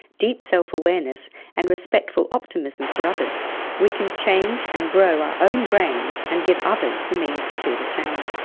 deep self-awareness and respectful optimism for others we can change and grow our own brains and give others the means to do the same.